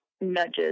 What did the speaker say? nudges